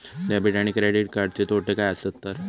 Debit आणि credit कार्डचे तोटे काय आसत तर?